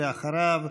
אחריו,